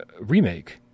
remake